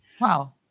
Wow